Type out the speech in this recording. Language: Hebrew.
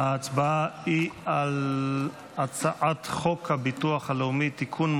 על הצעת חוק הביטוח הלאומי (תיקון,